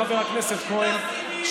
חבר הכנסת כהן,